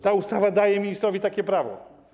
Ta ustawa daje ministrowi takie prawo.